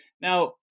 Now